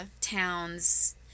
towns